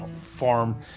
farm